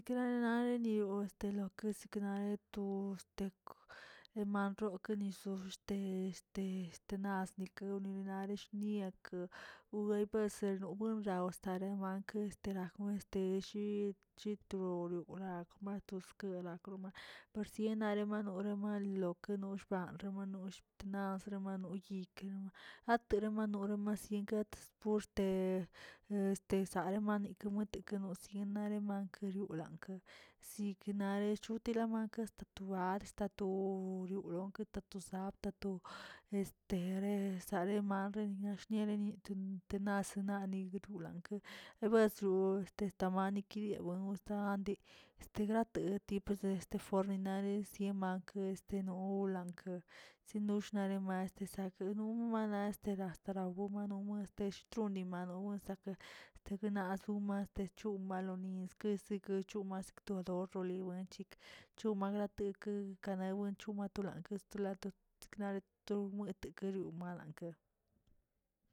Delani nioꞌ este lokez knae bostekw nemanroke bisoo este este este nas nikawri naresh nia wbeyse lanu law starema esterajwe este chi chitoriow rat matoskera kroma, parsieranoma loma lokenox alrebanollꞌ naꞌ neseramayoy yikenon, teremanoro ma byen kats pur ste este saremanikeə dekeno sienna remankerioralan siknare chitalama kasta to adsə atu riolankə asta soapta asta to este saremanre naꞌ shniereni te- tenase nani tulankə sebersu este maneki yewe esta andi este grati oti este forninari sien mankə este no lankə shiunox narema zakeno ma este hasat womaro wono teshtroni malo sake sakenas maste chumalo niestesegachu asktede roli chik, chumagrate dekana wen chuga wlanke stula to siknale to muete kriu malanke.